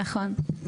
נכון.